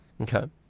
Okay